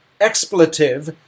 expletive